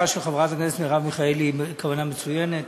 של חברת הכנסת מרב מיכאלי היא כוונה מצוינת,